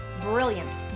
brilliant